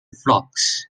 flocks